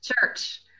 church